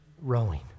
rowing